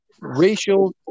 racial